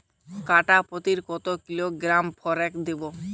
কাঠাপ্রতি কত কিলোগ্রাম ফরেক্স দেবো?